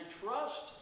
trust